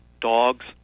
dogs